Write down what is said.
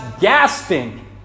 gasping